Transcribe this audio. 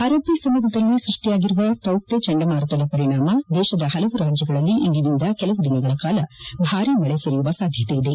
ಅರಬ್ಬ ಸಮುದ್ರದಲ್ಲಿ ಸೃಷ್ಟಿಯಾಗಿರುವ ತೌಕ್ತ ಚಂಡಮಾರುತದ ಪರಿಣಾಮ ದೇಶದ ಪಲವು ರಾಜ್ಯಗಳಲ್ಲಿ ಇಂದಿನಿಂದ ಕೆಲವು ದಿನಗಳ ಕಾಲ ಭಾರಿ ಮಳ ಸುರಿಯುವ ಸಾಧ್ಯಕೆ ಇದೆ